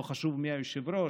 לא חשוב מי היושב-ראש,